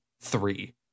three